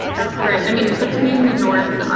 that's right. i mean, between the north,